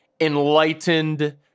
enlightened